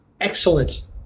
excellent